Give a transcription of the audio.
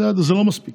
זה לא מספיק.